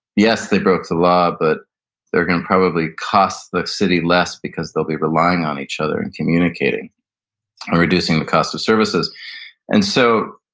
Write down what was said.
yes, they broke the law, but they're going to probably cost the city less because they'll be relying on each other and communicating and reducing the cost of services and so,